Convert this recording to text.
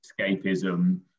escapism